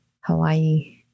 Hawaii